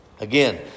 again